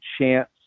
chance